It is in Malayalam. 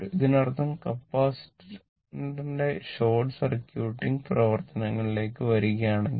ഇതിനർത്ഥം കപ്പാസിറ്ററിന്റെ ഷോർട്ട് സർക്യൂട്ടിംഗ് പ്രവർത്തനങ്ങളിലേക്ക് വരികയാണെങ്കിൽ